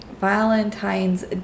valentine's